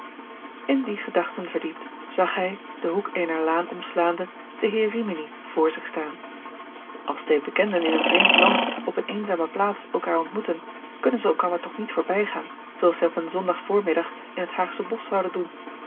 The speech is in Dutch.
in die gedachten verdiept zag hij den hoek eener laan omslaande den heer rimini vr zich staan als twee bekenden in een vreemd land op eene eenzame plaats elkaar ontmoeten kunnen zij elkander toch niet voorbijgaan zooals zij op een zondag voormiddag in het haagsche bosch zouden doen